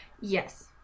Yes